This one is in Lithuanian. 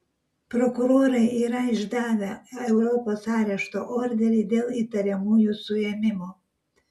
prokurorai yra išdavę europos arešto orderį dėl įtariamųjų suėmimo